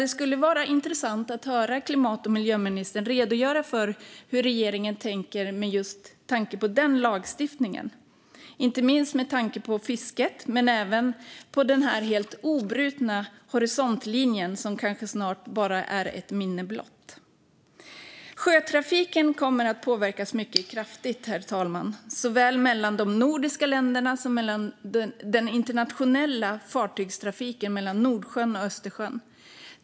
Det skulle vara intressant att höra klimat och miljöministern redogöra för hur regeringen tänker med tanke på denna lagstiftning, inte minst med tanke på fisket men även med tanke på den helt obrutna horisontlinje som kanske snart bara är ett minne blott. Herr talman! Sjötrafiken kommer att påverkas mycket kraftigt, såväl trafiken mellan de nordiska länderna som den internationella fartygstrafiken mellan Nordsjön och Östersjön.